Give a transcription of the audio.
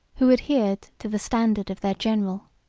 who adhered to the standard of their general.